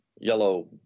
Yellow